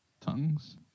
tongues